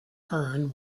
hearn